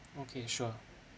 okay sure